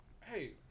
Hey